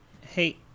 Hey